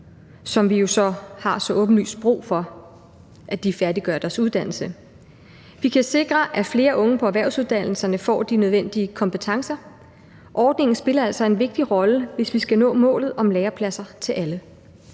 som vi jo har så åbenlyst brug for færdiggør deres uddannelse. Vi kan sikre, at flere unge på erhvervsuddannelserne får de nødvendige kompetencer. Ordningen spiller altså en vigtig rolle, hvis vi skal nå målet om lærepladser til alle.